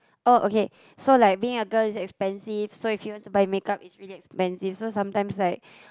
oh okay so like being a girl is expensive so if you want to buy make-up it's really expensive so sometimes like